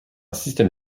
système